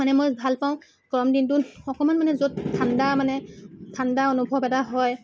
মানে মই ভালপাওঁ গৰম দিনটোত অকণমান মানে য'ত ঠাণ্ডা মানে ঠাণ্ডা অনুভৱ এটা হয়